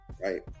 Right